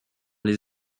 les